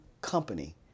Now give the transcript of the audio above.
company